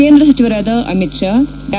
ಕೇಂದ್ರ ಸಚಿವರಾದ ಅಮಿತ್ ಶಾ ಡಾ